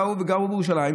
באו וגרו בירושלים,